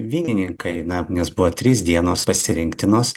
vynininkai na nes buvo trys dienos pasirinktinos